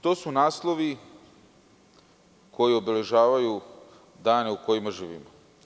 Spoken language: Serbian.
To su naslovi koji obeležavaju dana u kojima živimo.